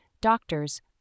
doctors